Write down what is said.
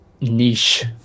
niche